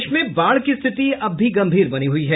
प्रदेश में बाढ़ की रिथति अब भी गंभीर बनी हुई है